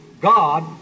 God